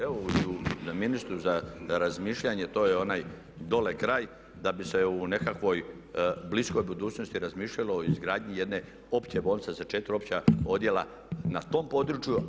Evo i ministru za razmišljanje, to je onaj dole kraj da bi se u nekakvoj bliskoj budućnosti razmišljalo o izgradnji jedne opće bolnice sa 4 opća bolnica na tom području.